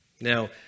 Now